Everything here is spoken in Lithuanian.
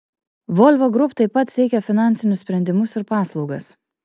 volvo group taip pat teikia finansinius sprendimus ir paslaugas